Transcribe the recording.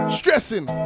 stressing